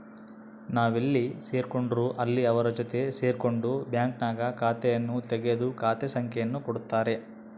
ನಾವೆಲ್ಲೇ ಸೇರ್ಕೊಂಡ್ರು ಅಲ್ಲಿ ಅವರ ಜೊತೆ ಸೇರ್ಕೊಂಡು ಬ್ಯಾಂಕ್ನಾಗ ಖಾತೆಯನ್ನು ತೆಗೆದು ಖಾತೆ ಸಂಖ್ಯೆಯನ್ನು ಕೊಡುತ್ತಾರೆ